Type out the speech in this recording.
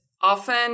often